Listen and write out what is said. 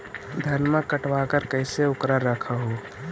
धनमा कटबाकार कैसे उकरा रख हू?